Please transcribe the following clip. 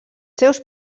seus